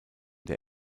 der